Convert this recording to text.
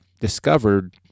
discovered